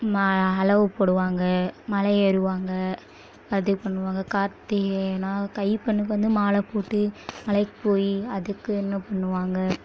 ம அலகு போடுவாங்க மலை ஏறுவாங்க அது பண்ணுவாங்க கார்த்திகைனால் ஐயப்பனுக்கு வந்து மாலை போட்டு மலைக்கு போய் அதுக்கு என்ன பண்ணுவாங்க